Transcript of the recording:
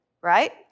right